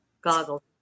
Goggles